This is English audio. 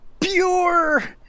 pure